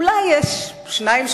אולי יש שניים,